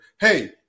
hey